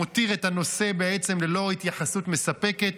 מותיר את הנושא בעצם ללא התייחסות מספקת,